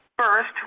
First